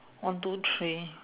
one two three